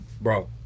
bro